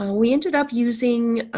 ah we ended up using